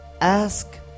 Ask